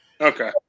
Okay